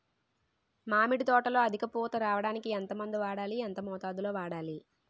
మామిడి తోటలో అధిక పూత రావడానికి ఎంత మందు వాడాలి? ఎంత మోతాదు లో వాడాలి?